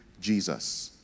Jesus